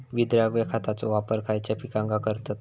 विद्राव्य खताचो वापर खयच्या पिकांका करतत?